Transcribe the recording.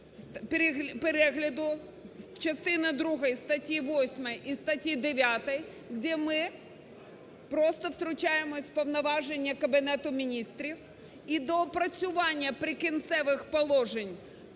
перегляд частини другої статті 8 і статті 9, де ми просто втручаємось в повноваження Кабінету Міністрів. І доопрацювання "Прикінцевих положень",